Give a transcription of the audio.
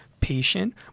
patient